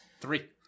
Three